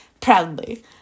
proudly